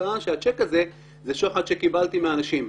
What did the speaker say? טען שהצ'ק הזה הוא שוחד שקיבלתי מאנשים.